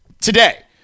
today